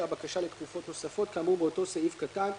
הבקשה לתקופות נוספות כאמור באותו סעיף קטן,